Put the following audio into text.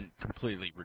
completely